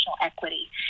equity